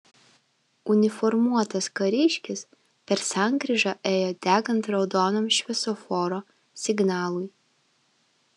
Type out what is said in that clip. uniformuotas kariškis per sankryžą ėjo degant raudonam šviesoforo signalui